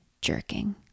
jerking